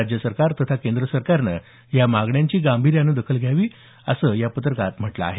राज्य सरकार तथा केंद्र सरकारनं या मागण्यांची गांभीर्याने दखल घ्यावी अशी मागणी करण्यात आली आहे